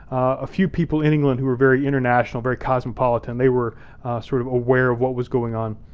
a few people in england who were very international, very cosmopolitan, they were sort of aware of what was going on